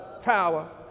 power